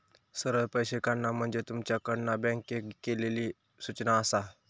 सरळ पैशे काढणा म्हणजे तुमच्याकडना बँकेक केलली सूचना आसा